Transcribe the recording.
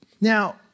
Now